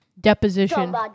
Deposition